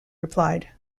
replied